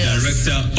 director